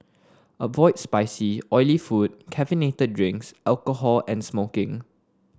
avoid spicy oily food caffeinated drinks alcohol and smoking